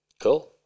Cool